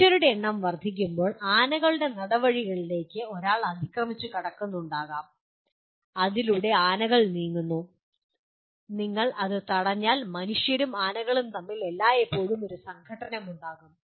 മനുഷ്യരുടെ എണ്ണം വർദ്ധിക്കുമ്പോൾ ആനകളുടെ നടവഴിളിലേക്ക് ഒരാൾ അതിക്രമിച്ച് കടക്കുന്നുണ്ടാകാം അതിലൂടെ ആനകൾ നീങ്ങുന്നു നിങ്ങൾ അതു തടഞ്ഞാൽ മനുഷ്യരും ആനകളും തമ്മിൽ എല്ലായ്പ്പോഴും ഒരു സംഘട്ടനമുണ്ടാകും